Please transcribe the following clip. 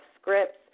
scripts